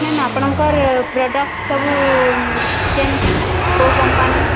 ma'am ଆପଣଙ୍କର୍ product ସବୁ କେମିତି କୋଉ କମ୍ପାନୀ